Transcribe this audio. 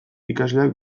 ikasleak